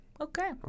Okay